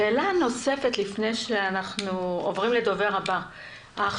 שאלה נוספת לפני שאנחנו עוברים לדובר הבא.